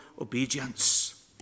obedience